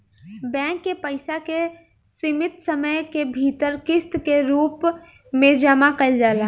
bank के पइसा के सीमित समय के भीतर किस्त के रूप में जामा कईल जाला